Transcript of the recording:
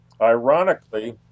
ironically